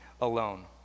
alone